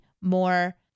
more